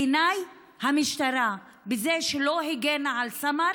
בעיניי, המשטרה, בזה שלא הגנה על סמר